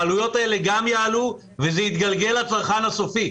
העלויות האלה גם יעלו וזה יתגלגל לצרכן הסופי.